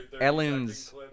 Ellen's